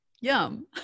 yum